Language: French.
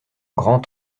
grand